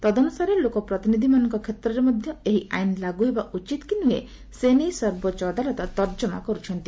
ତଦନୁସାରେ ଲୋକପ୍ରତିନିଧିମାନଙ୍କ କ୍ଷେତ୍ରରେ ମଧ୍ୟ ଏହି ଆଇନ ଲାଗୁ ହେବା ଉଚିତ କି ନୁହେଁ ସେ ନେଇ ସର୍ବୋଚ୍ଚ ଅଦାଲତ ତର୍ଜମା କର୍ ଚର୍ଚ୍ଛନ୍ତି